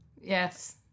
Yes